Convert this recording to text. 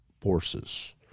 forces